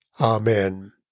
Amen